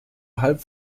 halb